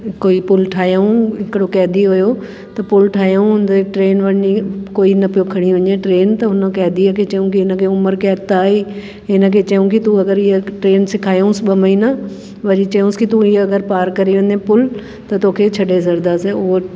कोई पुल ठाहियऊं हिकिड़ो कैदी हुयो त पुल ठाहियऊं उते ट्रैन वञी कोई न पियो खणी वञे ट्रैन त हुन कैदीअ खे चयूं कि हिनखे उमिरि कैद त आहे ई हिनखे चयूं कि तूं अगरि हीअ ट्रैन सेखारियुसि ॿ महिना वरी चयुंस कि तू अगरि हीअ अगरि पार करी वेंदे पुल त तोखे छॾे सघंदासीं उहो